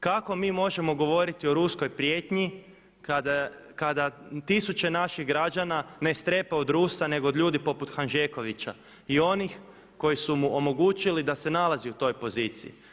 Kako mi možemo govoriti o ruskoj prijetnji kada tisuće naših građana ne strepe od Rusa, nego od ljudi poput Hanžekovića i onih koji su mu omogućili da se nalazi u toj poziciji.